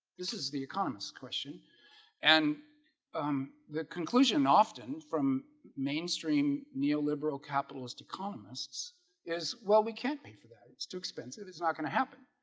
this is the economists question and um the conclusion often from mainstream neoliberal capitalist economist's is well. we can't pay for that. it's too expensive. it's not going to happen.